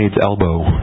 elbow